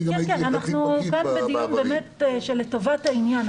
זה דיון לטובת העניין,